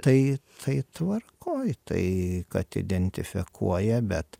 tai tai tvarkoj tai kad identifikuoja bet